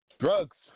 Drugs